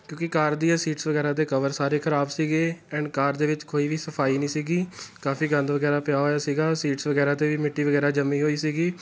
ਕਿਉਂਕਿ ਕਾਰ ਦੀਆਂ ਸੀਟਸ ਵਗੈਰਾ ਦੇ ਕਵਰ ਸਾਰੇ ਖਰਾਬ ਸੀਗੇ ਐਂਡ ਕਾਰ ਦੇ ਵਿੱਚ ਕੋਈ ਵੀ ਸਫਾਈ ਨਹੀਂ ਸੀਗੀ ਕਾਫ਼ੀ ਗੰਦ ਵਗੈਰਾ ਪਿਆ ਹੋਇਆ ਸੀਗਾ ਸੀਟਸ ਵਗੈਰਾ 'ਤੇ ਵੀ ਮਿੱਟੀ ਵਗੈਰਾ ਜੰਮੀ ਹੋਈ ਸੀਗੀ